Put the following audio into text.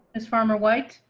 as farmer white